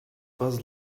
was